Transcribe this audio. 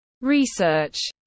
Research